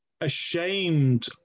ashamed